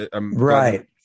Right